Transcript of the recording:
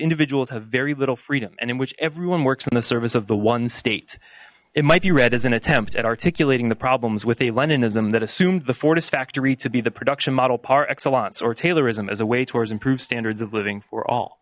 individuals have very little freedom and in which everyone works on the service of the one state it might be read as an attempt at articulating the problems with a leninism that assumed the fortis factory to be the production model par excellence or taylorism as a way towards improved standards of living for all